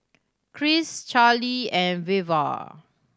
Cris Charlie and Veva